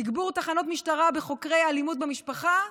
תגבור תחנות משטרה בחוקרי אלימות במשפחה,